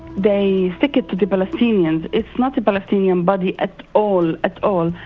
they stick it to the palestinians it's not a palestinian body at all, at all.